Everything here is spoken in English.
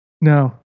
No